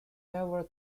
never